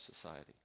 society